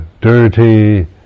dirty